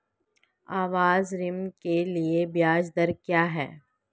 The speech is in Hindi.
आवास ऋण के लिए ब्याज दर क्या हैं?